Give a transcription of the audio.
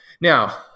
now